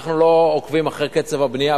אנחנו לא עוקבים אחרי קצב הבנייה,